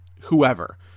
whoever